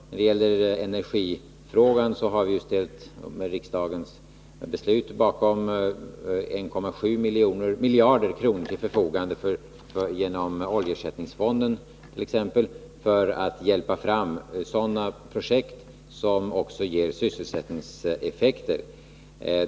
När det gäller energifrågan har vi efter riksdagens beslut ställt 1,7 miljarder kronor till förfogande genom oljeersättningsfonden t.ex., för att hjälpa fram sådana projekt som också ger sysselsättningseffekter.